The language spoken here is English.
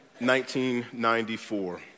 1994